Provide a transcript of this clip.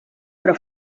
però